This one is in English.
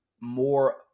more